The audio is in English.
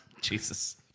Jesus